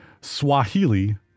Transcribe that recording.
Swahili